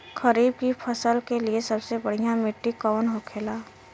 खरीफ की फसल के लिए सबसे बढ़ियां मिट्टी कवन होखेला?